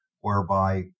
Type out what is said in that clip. whereby